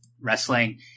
wrestling